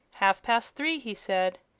half-past three, he said.